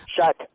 Shut